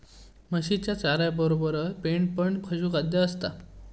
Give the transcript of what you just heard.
म्हशीच्या चाऱ्यातबरोबर पेंड पण पशुखाद्य असता